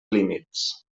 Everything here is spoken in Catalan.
límits